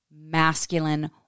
masculine